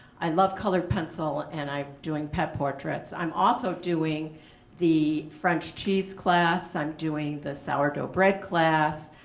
i love colored pencil and i'm doing pet portraits. i'm also doing the french cheese class, i'm doing the sourdough bread class,